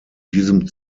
diesem